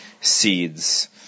seeds